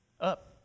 Up